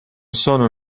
sono